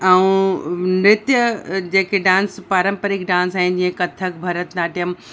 ऐं नृत्य जेके डांस पारंपरिक डांस आहिनि जीअं कथक भरतनाट्यम